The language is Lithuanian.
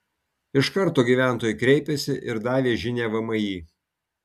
iš karto gyventojai kreipėsi ir davė žinią vmi